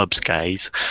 guys